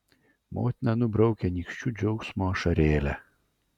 motina nubraukia nykščiu džiaugsmo ašarėlę